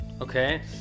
Okay